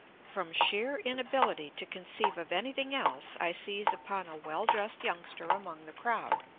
from sheer inability to conceive of anything else i seize upon a well-dressed youngster among the crowd,